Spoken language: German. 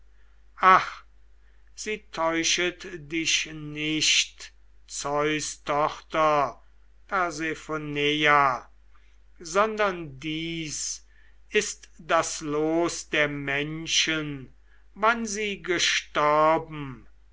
sie täuschet dich nicht zeus tochter persephoneia sondern dies ist das los der menschen wann sie gestorben